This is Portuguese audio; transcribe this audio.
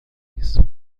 isso